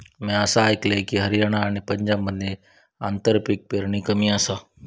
म्या असा आयकलंय की, हरियाणा आणि पंजाबमध्ये आंतरपीक पेरणी कमी आसा